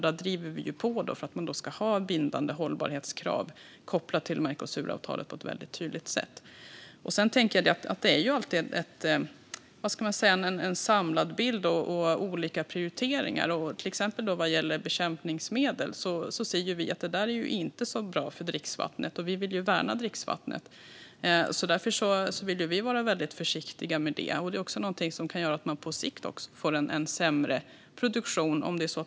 Där driver vi på för att man ska ha bindande hållbarhetskrav kopplade till Mercosuravtalet på ett väldigt tydligt sätt. Det finns alltid en samlad bild och olika prioriteringar. Till exempel ser vi att bekämpningsmedel inte är så bra för dricksvattnet, och vi vill värna dricksvattnet. Därför vill vi vara väldigt försiktiga när det gäller det. Om man förstör sitt vatten kan man på sikt få en sämre produktion.